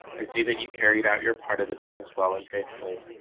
i see that you carried out your part of the business well and faithfully.